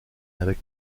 avec